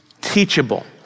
teachable